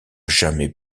jamais